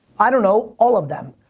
i don't know all of them.